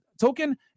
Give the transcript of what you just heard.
token